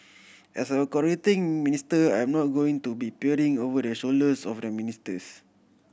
as a coordinating minister I'm not going to be peering over the shoulders of the ministers